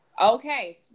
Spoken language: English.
Okay